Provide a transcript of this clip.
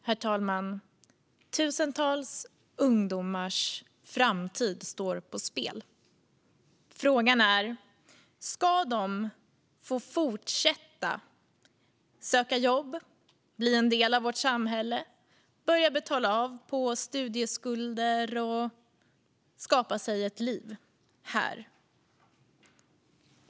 Herr talman! Tusentals ungdomars framtid står på spel. Frågan är: Ska de få fortsätta söka jobb, bli en del av vårt samhälle, börja betala av på studieskulder och skapa sig ett liv här?